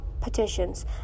petitions